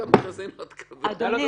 ועדת המכרזים לא תקבל.